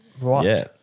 Right